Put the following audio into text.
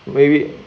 maybe